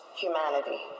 humanity